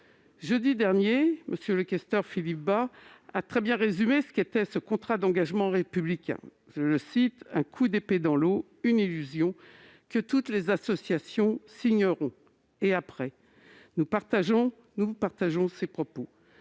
Jeudi dernier, M. le questeur Philippe Bas a très bien résumé ce qu'était ce contrat d'engagement républicain, en le définissant comme « un coup d'épée dans l'eau, une illusion que toutes les associations signeront ». Il ajoute :« Et après ?» Nous partageons ces propos.